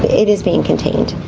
it has been contained.